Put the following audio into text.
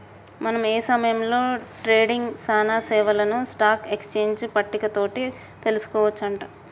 మనం ఏ సమయంలో ట్రేడింగ్ సానా సేవలను స్టాక్ ఎక్స్చేంజ్ పట్టిక తోటి తెలుసుకోవచ్చు అంట